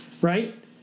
Right